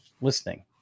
listening